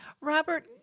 Robert